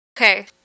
Okay